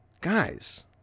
Guys